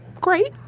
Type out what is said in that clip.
great